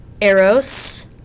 eros